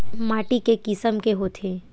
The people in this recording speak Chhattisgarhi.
माटी के किसम के होथे?